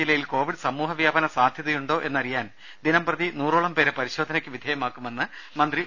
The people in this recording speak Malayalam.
ജില്ലയിൽ കോവിഡ് സമൂഹ വ്യാപന അതിനിടെ സാധ്യതയുണ്ടോ എന്നറിയാൻ ദിനംപ്രതി നൂറോളം പേരെ പരിശോധനയ്ക്ക് വിധേയമാക്കുമെന്ന് മന്ത്രി വി